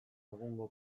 egungo